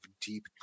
deep